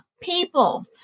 People